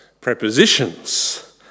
prepositions